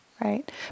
right